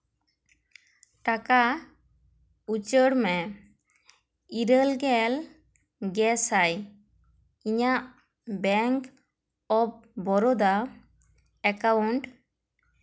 ᱴᱟᱠᱟ ᱩᱪᱟᱹᱲ ᱢᱮ ᱤᱨᱟᱹᱞ ᱜᱮᱞ ᱜᱮ ᱥᱟᱭ ᱤᱧᱟᱹᱜ ᱵᱮᱝᱠ ᱚᱯᱷ ᱵᱚᱨᱳᱫᱟ ᱮᱠᱟᱣᱩᱱᱴ